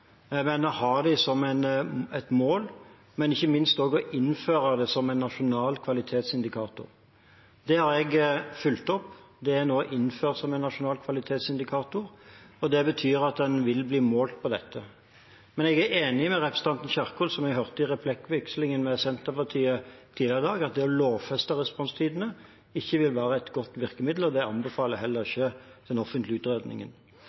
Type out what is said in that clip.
men å ha dem som et mål og ikke minst også innføre dem som en nasjonal kvalitetsindikator. Det har jeg fulgt opp. Det er nå innført som en nasjonal kvalitetsindikator. Det betyr at en vil bli målt på dette. Men jeg er enig med representanten Kjerkol, som jeg hørte i en replikkveksling med Senterpartiet tidligere i dag, når det gjelder at det å lovfeste responstidene ikke vil være et godt virkemiddel, og det anbefaler heller ikke den offentlige utredningen.